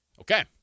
Okay